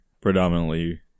predominantly